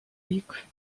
week